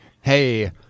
Hey